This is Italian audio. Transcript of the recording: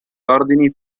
ordini